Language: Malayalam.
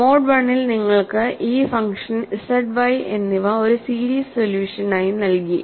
മോഡ് I ൽ നിങ്ങൾക്ക് ഈ ഫങ്ഷൻ Z Y എന്നിവ ഒരു സീരീസ് സൊല്യൂഷൻ ആയി നൽകി